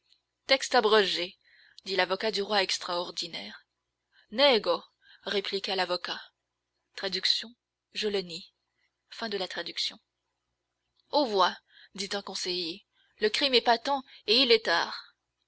texte abrogé dit l'avocat du roi extraordinaire nego répliqua l'avocat aux voix dit un conseiller le crime est patent et il est tard